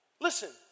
Listen